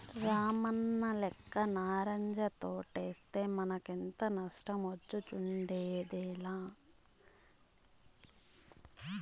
రామన్నలెక్క నారింజ తోటేస్తే మనకింత నష్టమొచ్చుండేదేలా